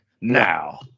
Now